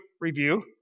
review